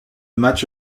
match